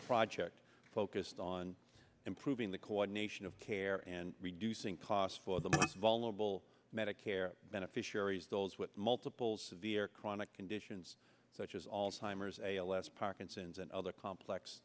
project focused on improving the coordination of care and reducing costs for the most vulnerable medicare beneficiaries those with multiple severe chronic conditions such as all timers a l s parkinson's and other complex